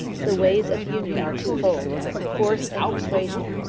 the ways of union are twofold force and persuasion.